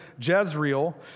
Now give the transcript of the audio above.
Jezreel